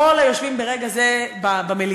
כל היושבים ברגע זה במליאה,